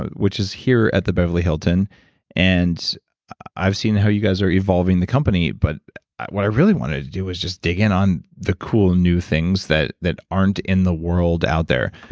which is here at the beverly hilton and i've seen how you guys are evolving the company, but what i really wanted to do is just dig in on the cool new things that that aren't in the world out there.